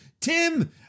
Tim